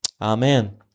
Amen